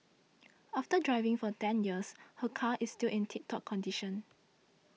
after driving for ten years her car is still in tip top condition